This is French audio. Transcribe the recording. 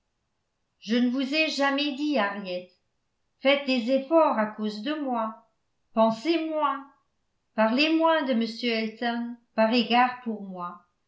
je ne vous ai jamais dit henriette faites des efforts à cause de moi pensez moins parlez moins de m elton par égard pour moi